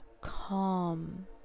calm